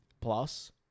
plus